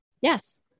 Yes